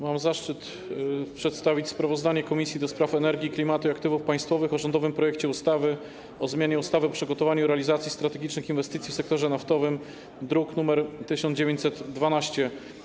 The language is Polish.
Mam zaszczyt przedstawić sprawozdanie Komisji do Spraw Energii, Klimatu i Aktywów Państwowych o rządowym projekcie ustawy o zmianie ustawy o przygotowaniu i realizacji strategicznych inwestycji w sektorze naftowym, druk nr 1912.